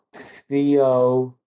Theo